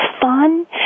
fun